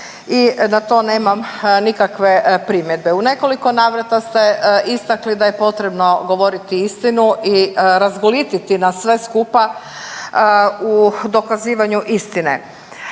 i na to nemam nikakve primjedbe. U nekoliko navrata ste istakli da je potrebno govoriti istinu i razgolititi nas sve skupa u dokazivanju istine.